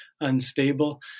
unstable